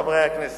חברי הכנסת,